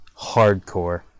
hardcore